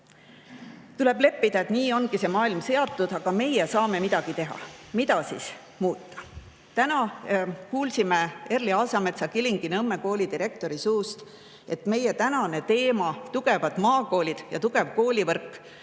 Tuleb leppida, et nii ongi maailm seatud. Aga meie saame midagi teha. Mida siis muuta? Täna kuulsime Erli Aasametsa, Kilingi-Nõmme kooli direktori suust, et meie tänane teema "Tugevad maakoolid ja tugev koolivõrk"